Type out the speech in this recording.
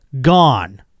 gone